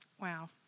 Wow